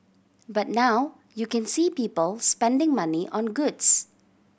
but now you can see people spending money on goods